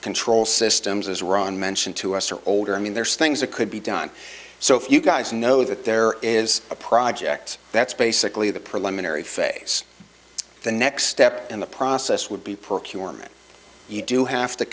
control systems as ron mentioned to us or older i mean there's things that could be done so if you guys know that there is a project that's basically the preliminary face the next step in the process would be procurement you do have to